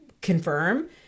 confirm